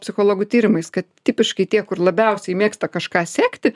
psichologų tyrimais kad tipiškai tie kur labiausiai mėgsta kažką sekti